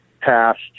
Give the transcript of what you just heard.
passed